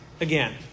again